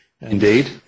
Indeed